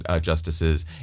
justices